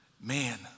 man